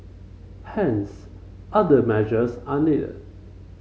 hence other measures are needed